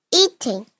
eating